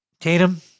Tatum